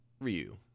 Ryu